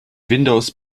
windows